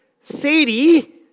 Sadie